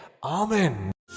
Amen